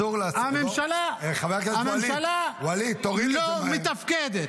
הממשלה לא מתפקדת.